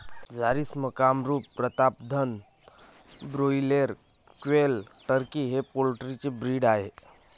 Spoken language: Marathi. Jharsim, Kamrup, Pratapdhan, broiler, quail, turkey हे पोल्ट्री चे ब्रीड आहेत